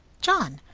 john!